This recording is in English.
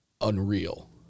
unreal